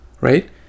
right